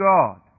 God